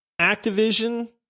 Activision